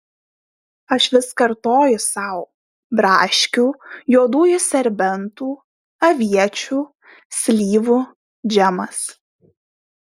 aš vis kartoju sau braškių juodųjų serbentų aviečių slyvų džemas